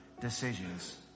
decisions